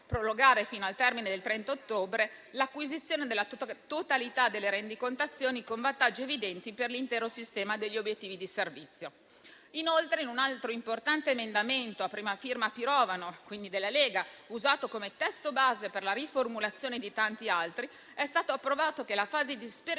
prorogare, fino al termine del 30 ottobre l'acquisizione della totalità delle rendicontazioni, con vantaggi evidenti per l'intero sistema degli obiettivi di servizio. Inoltre, con un altro importante emendamento a prima firma Pirovano (quindi della Lega), usato come testo base per la riformulazione di tanti altri, si è prevista una fase di sperimentazione